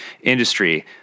industry